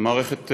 המערכת,